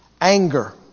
anger